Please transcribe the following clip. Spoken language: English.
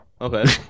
okay